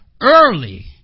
early